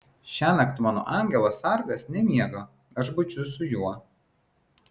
šiąnakt mano angelas sargas nemiega aš budžiu su juo